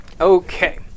Okay